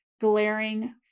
glaring